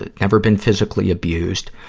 ah never been physically abused.